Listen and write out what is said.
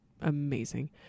amazing